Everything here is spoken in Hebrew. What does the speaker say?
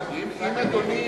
דעתם.